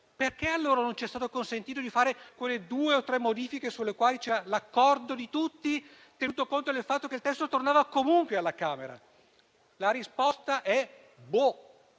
Perché non ci è stato consentito di fare quelle due o tre modifiche sulle quali c'era l'accordo di tutti, tenuto conto del fatto che il testo tornerà comunque alla Camera? La risposta è «boh».